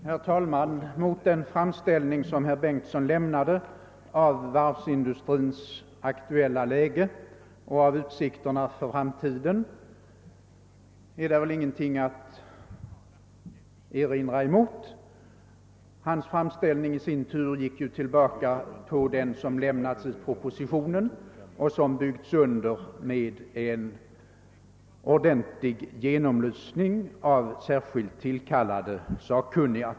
Herr talman! Mot den framställning som herr Bengtsson i Landskrona lämnade av varvsindustrins aktuella läge och av utsikterna för framtiden är det väl ingenting att erinra. Herr Bengtssons framställning gick ju tillbaka på den som lämnats i propositionen som i sin tur bygger på en ordentlig genomlysning, utförd av särskilt tillkallade sakkunniga.